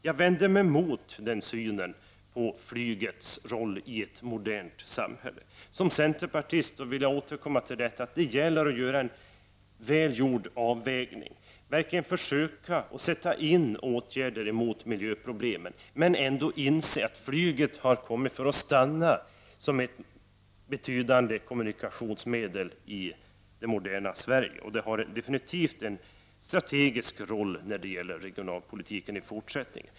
Jag vänder mig mot en sådan syn på flygets roll i ett modernt samhälle. Som centerpartist menar jag att det gäller att göra en avvägning och verkligen försöka sätta in åtgärder mot miljöproblem. Men man måste ändå inse att flyget har kommit för att stanna som ett betydande kommunikationsmedel i det moderna Sverige. Det har definitivt en strategisk roll när det gäller regionalpolitiken i fortsättningen.